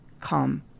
come